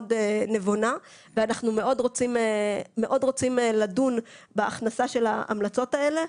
נבונה ואנחנו מאוד רוצים לדון בהכנסה של ההמלצות האלה.